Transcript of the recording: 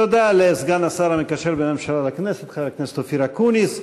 תודה לסגן השר המקשר בין הממשלה לכנסת חבר הכנסת אופיר אקוניס.